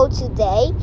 today